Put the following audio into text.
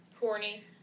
Horny